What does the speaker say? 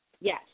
yes